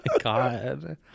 God